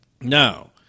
Now